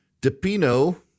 DePino